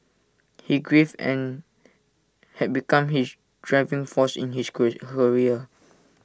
his grief and had become his driving force in his career